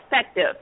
effective